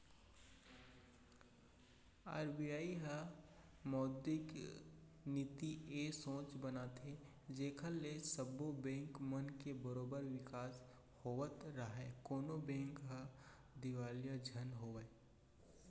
RBI ह मौद्रिक नीति ए सोच बनाथे जेखर ले सब्बो बेंक मन के बरोबर बिकास होवत राहय कोनो बेंक ह दिवालिया झन होवय